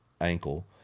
ankle